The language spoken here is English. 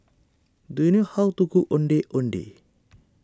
do you know how to cook Ondeh Ondeh